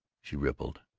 she rippled.